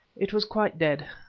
it was quite dead,